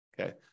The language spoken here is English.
Okay